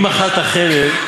אם אכלת חֵלב,